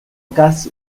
cas